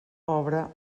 obre